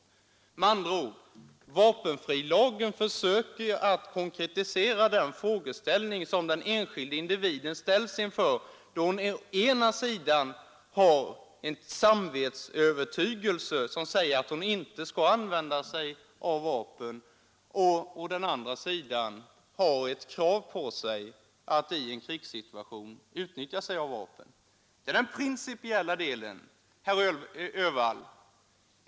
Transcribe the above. Med andra ord: vapenfrilagen försöker konkretisera den frågeställning som den enskilde individen ställs inför, då han å ena sidan har en övertygelse som säger att han inte skall använda vapen och å andra sidan har ett krav på sig att i en krigssituation begagna sig av vapen. Det är den principiella delen, herr Öhvall.